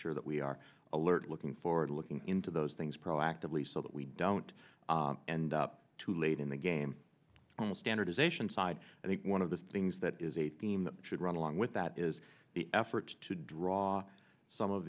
sure that we are alert looking forward looking into those things proactively so that we don't end up too late in the game standardization side i think one of the things that is a theme that should run along with that is the effort to draw some of